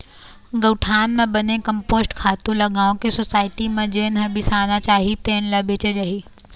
गउठान म बने कम्पोस्ट खातू ल गाँव के सुसायटी म जेन ह बिसाना चाही तेन ल बेचे जाही